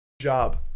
job